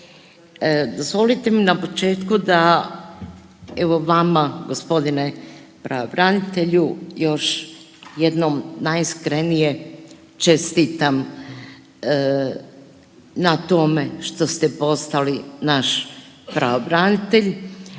Dozvolite mi na početku da evo vama g. pravobranitelju još jednom najiskrenije čestitam na tome što ste postali naš pravobranitelj,